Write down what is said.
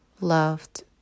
loved